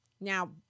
Now